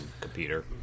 computer